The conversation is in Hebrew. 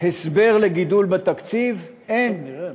הסבר לגידול בתקציב, אין.